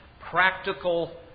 practical